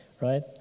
right